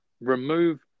remove